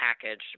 package